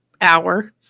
hour